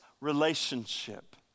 relationship